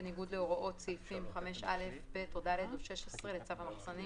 בניגוד להוראות סעיפים 5(א),(ב) או (ד)5,000 או 16 לצו המחסנים,